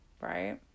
right